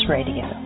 Radio